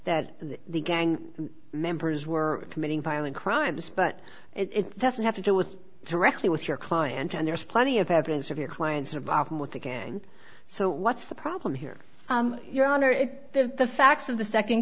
that the gang members were committing violent crimes but it doesn't have to do with directly with your client and there's plenty of evidence of your clients surviving with the gang so what's the problem here your honor the facts of the second